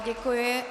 Děkuji.